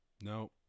No